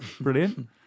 Brilliant